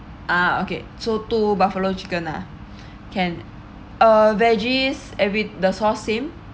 uh okay so two buffalo chicken ah can uh veggies every the sauce same